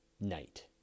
night